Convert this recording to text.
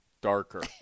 Darker